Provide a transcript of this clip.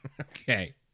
Okay